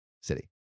city